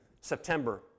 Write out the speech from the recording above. September